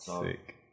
sick